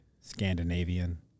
Scandinavian